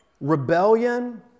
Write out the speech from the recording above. rebellion